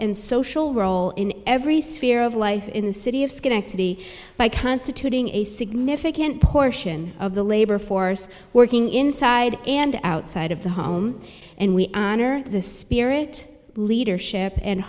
and social role in every sphere of life in the city of schenectady by constituting a significant portion of the labor force working inside and outside of the home and we honor the spirit leadership and